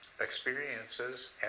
experiences